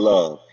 Love